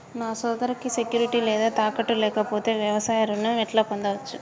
నా సోదరికి సెక్యూరిటీ లేదా తాకట్టు లేకపోతే వ్యవసాయ రుణం ఎట్లా పొందచ్చు?